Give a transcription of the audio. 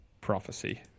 prophecy